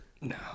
No